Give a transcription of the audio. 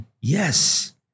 Yes